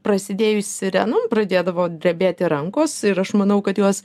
prasidėjus sirenom pradėdavo drebėti rankos ir aš manau kad juos